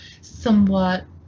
somewhat